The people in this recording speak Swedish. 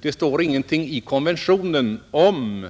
Det står ingenting i konventionen om